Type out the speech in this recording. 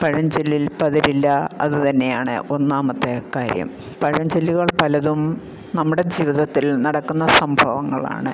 പഴഞ്ചൊല്ലിൽ പതിരില്ല അതുതന്നെയാണ് ഒന്നാമത്തെ കാര്യം പഴഞ്ചൊല്ലുകൾ പലതും നമ്മുടെ ജീവിതത്തിൽ നടക്കുന്ന സംഭവങ്ങളാണ്